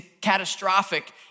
catastrophic